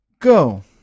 go